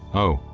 oh,